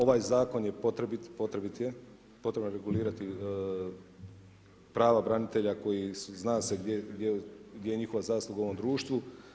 Ovaj zakon je potrebit, potrebit je, potrebno je regulirati prava branitelja koji, zna se gdje je njihova zasluga u ovom društvu.